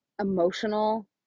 emotional